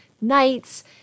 nights